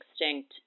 extinct